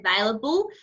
available